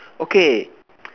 okay